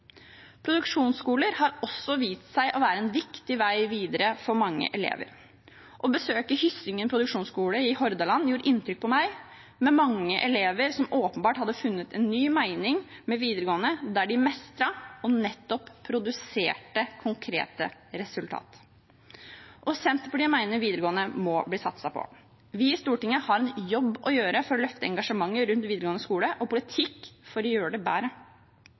Produksjonsskoler har også vist seg å være en viktig vei videre for mange elever. Å besøke Hyssingen produksjonsskole i Hordaland gjorde inntrykk på meg, med mange elever som åpenbart hadde funnet ny mening med videregående, der de mestret og nettopp produserte konkrete resultat. Senterpartiet mener det må bli satset på videregående. Vi i Stortinget har en jobb å gjøre for å løfte engasjementet rundt videregående skole og politikk for å gjøre det bedre.